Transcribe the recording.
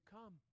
Come